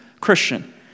Christian